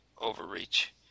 overreach